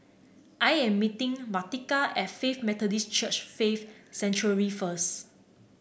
I am meeting Martika as Faith Methodist Church Faith Sanctuary first